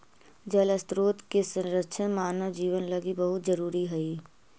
जल स्रोत के संरक्षण मानव जीवन लगी बहुत जरूरी हई